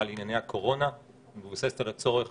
על ענייני הקורונה היא מבוססת על הצורך